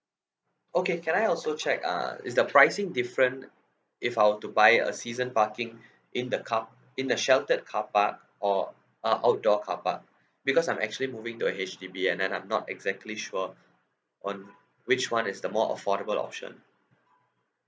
okay can I also check uh is the pricing different if I were to buy a season parking in the carp~ in the sheltered carpark or uh outdoor carpark because I'm actually moving to a H_D_B and then I'm not exactly sure on which one is the more affordable option